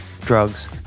drugs